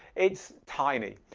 it's tiny.